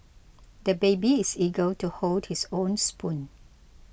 the baby is eager to hold his own spoon